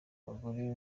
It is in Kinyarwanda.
abagore